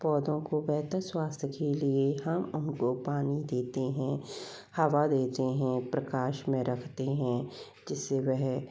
पौधों को बेहतर स्वास्थ्य के लिए हम उनको पानी देते हैं हवा देते हैं प्रकाश में रखते हैं जिससे वह